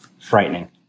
frightening